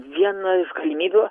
viena iš galimybių